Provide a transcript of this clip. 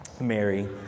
Mary